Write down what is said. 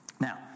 Now